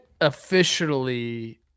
officially